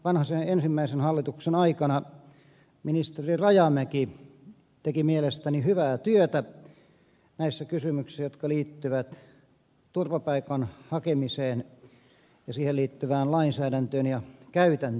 ministerikaudellaan vanhasen ensimmäisen hallituksen aikana ministeri rajamäki teki mielestäni hyvää työtä näissä kysymyksissä jotka liittyvät turvapaikan hakemiseen ja siihen liittyvään lainsäädäntöön ja käytäntöön